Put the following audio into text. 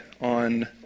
on